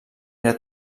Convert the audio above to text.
era